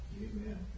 Amen